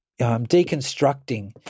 deconstructing